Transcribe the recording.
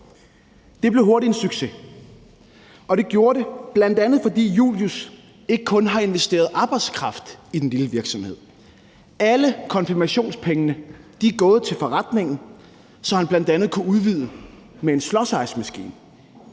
Det blev hurtigt en succes, og det gjorde det, bl.a. fordi Julius ikke kun har investeret arbejdskraft i den lille virksomhed. Alle konfirmationspengene er gået til forretningen, så han bl.a. har kunnet udvide med en slushicemaskine,